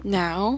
now